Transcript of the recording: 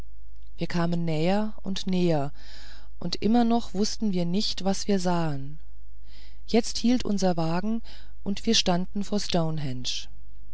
wir kamen näher und näher noch immer wußten wir nicht was wir sahen jetzt hielt unser wagen und wir standen vor stonhenge